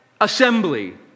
assembly